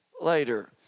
later